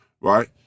Right